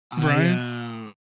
Brian